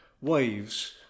waves